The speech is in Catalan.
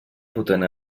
potent